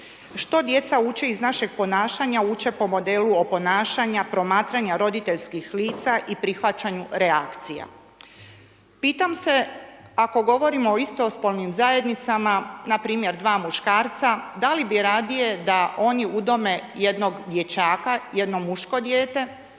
što djeca uče iz našeg ponašanja, uče po modelu oponašanja, promatranja roditeljskih lica i prihvaćanju reakcija. Pitam se, ako govorimo o istospolnim zajednicama npr. dva muškarca, da li bi radije da oni udome jednog dječaka, jedno muško dijete,